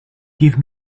give